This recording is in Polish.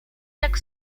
jak